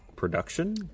Production